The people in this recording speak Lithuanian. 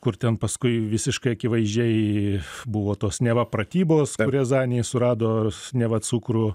kur ten paskui visiškai akivaizdžiai buvo tos neva pratybos rėzanėj surado neva cukrų